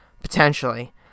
potentially